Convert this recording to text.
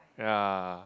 ya